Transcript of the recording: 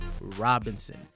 Robinson